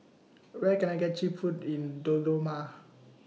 Where Can I get Cheap Food in Dodoma